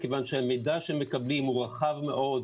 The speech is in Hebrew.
כיוון שהמידע שהם מקבלים הוא רחב מאוד,